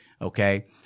Okay